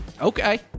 Okay